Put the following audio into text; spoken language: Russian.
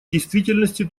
действительности